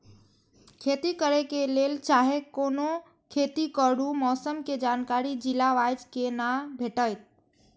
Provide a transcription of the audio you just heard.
खेती करे के लेल चाहै कोनो खेती करू मौसम के जानकारी जिला वाईज के ना भेटेत?